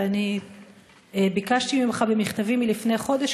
ואני ביקשתי ממך במכתבי לפני חודש,